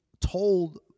told